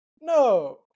No